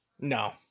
No